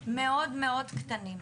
מאוד קטנים.